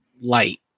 light